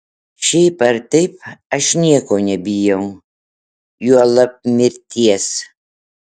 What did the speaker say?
šiaip ar taip aš nieko nebijau juolab mirties